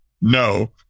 no